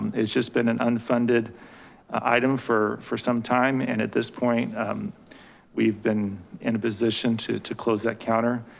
it's just been an unfunded item for for some time. and at this point we've been in a position to to close that counter.